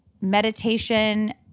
meditation